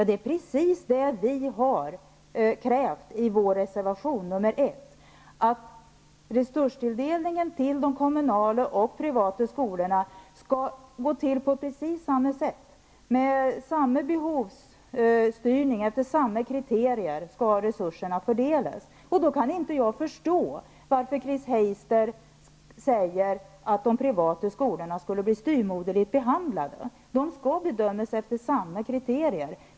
Det är precis det vi har krävt i vår reservation nr 1, dvs. att resurstilldelningen till de kommunala och privata skolorna skall gå till på precis samma sätt; med samma behovsstyrning, efter samma kriterier skall resurserna fördelas. Då kan jag inte förstå varför Chris Heister säger att de privata skolorna skulle bli styvmoderligt behandlade. De skall bedömas efter samma kriterier.